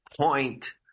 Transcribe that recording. point